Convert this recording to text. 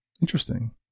Interesting